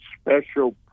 special